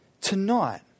tonight